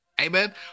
Amen